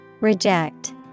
Reject